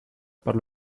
per